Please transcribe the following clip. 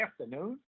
afternoon